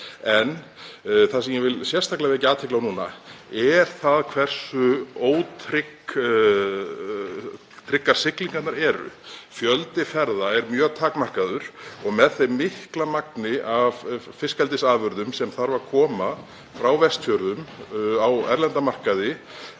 Það sem ég vil sérstaklega vekja athygli á núna er það hversu ótryggar siglingarnar eru. Fjöldi ferða er mjög takmarkaður og með því mikla magni af fiskeldisafurðum sem þarf að koma frá Vestfjörðum á erlenda markaði